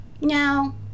Now